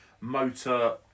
motor